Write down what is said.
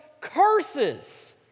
curses